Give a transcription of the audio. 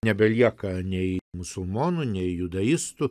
nebelieka nei musulmonų nei judaistų